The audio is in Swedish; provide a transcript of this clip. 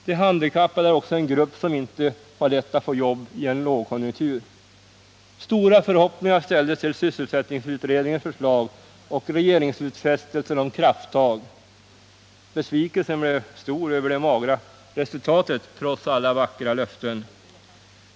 De handikappade är också en grupp som inte har lätt att få jobb i en lågkonjunktur. Stora förhoppningar ställdes till sysselsättningsutredningens förslag och regeringsutfästelser om krafttag. Besvikelsen blev stor över det magra resultatet trots alla vackra löften.